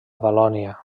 valònia